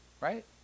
right